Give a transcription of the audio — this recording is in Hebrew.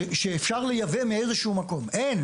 שאפשר לייבא מאיזשהו מקום אין.